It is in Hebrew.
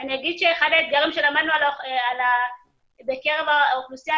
אני אגיד שאחד האתגרים שלמדנו בקרב האוכלוסייה,